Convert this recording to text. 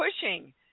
pushing